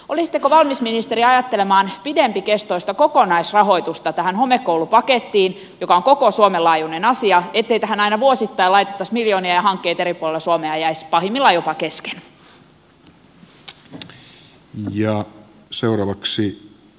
olisitteko valmis ministeri ajattelemaan pidempikestoista kokonaisrahoitusta tähän homekoulupakettiin joka on koko suomen laajuinen asia ettei tähän aina vuosittain laitettaisi miljoonia ja hankkeita eri puolilla suomea jäisi pahimmillaan jopa kesken